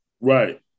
Right